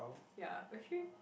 ya actually